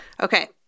Okay